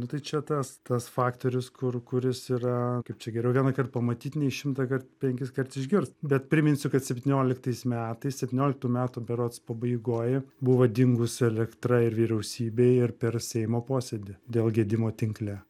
nu tai čia tas tas faktorius kur kuris yra kaip čia geriau vienąkart pamatyt nei šimtąkart penkiskart išgirst bet priminsiu kad septynioliktais metais septynioliktų metų berods pabaigoj buvo dingus elektra ir vyriausybei ir per seimo posėdį dėl gedimo tinkle